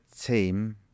team